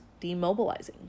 demobilizing